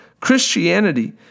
Christianity